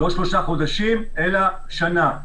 לא שלושה חודשים, אלא שנה.